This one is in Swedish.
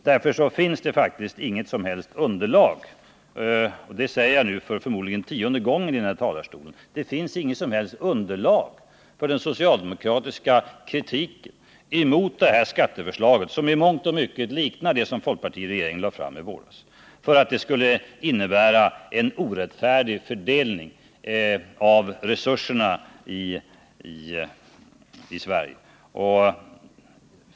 Därför finns det faktiskt inget som helst underlag — det säger jag nu för förmodligen tionde gången i den här talarstolen — för den socialdemokratiska kritiken att skatteförslaget, som i mångt och mycket liknar det som folkpartiregeringen lade fram i våras, skulle innebära en orättfärdig fördelning av resurserna i Sverige.